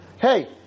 Hey